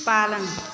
पालन